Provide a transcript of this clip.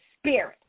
Spirit